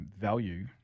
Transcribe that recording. value